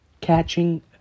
catching